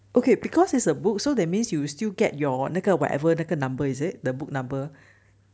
okay because it's a book so that means you still get your 那个 whatever 那个 number is it the book number